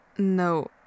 No